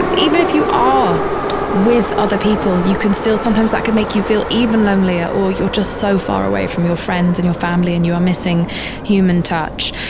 and even if you are with other people, you can still sometimes that can make you feel even lonelier or you're just so far away from your friends and your family and you are missing human touch.